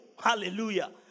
hallelujah